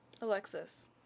Alexis